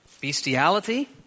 bestiality